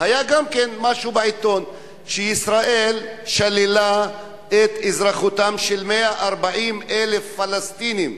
היה גם כן משהו בעיתון: שישראל שללה את אזרחותם של 140,000 פלסטינים.